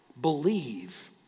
believe